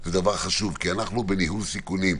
זה דבר חשוב כי אנחנו בניהול סיכונים.